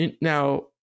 Now